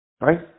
right